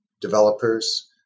developers